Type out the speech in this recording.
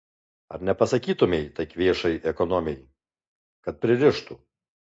ar nepasakytumei tai kvėšai ekonomei kad pririštų